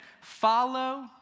follow